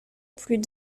plus